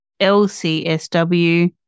LCSW